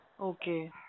Okay